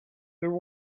there